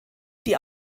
die